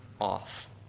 off